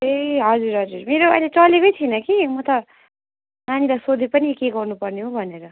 ए हजुर हजुर मेरो अहिले चलेकै छैन के म त नानीलाई सोधेँ पनि के गर्नुपर्ने हो भनेर